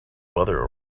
weather